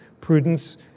prudence